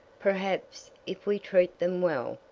perhaps, if we treat them well,